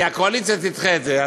כי הקואליציה תדחה את זה.